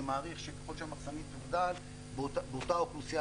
אני מעריך שככל שהמחסנית תוגדל באותה אוכלוסייה